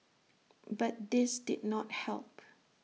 but this did not help